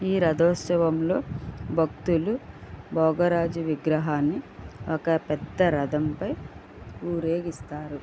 ఈ రథోత్సవంలో భక్తులు భోగరాజు విగ్రహాన్ని ఒక పెద్ద రథంపై ఊరేగిస్తారు